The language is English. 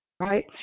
Right